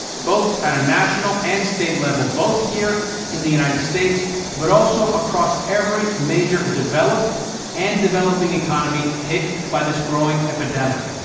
both at a national and state level, both here in the united states but also across every major developed and developing economy hit by this growing epidemic.